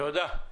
תודה.